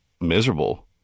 miserable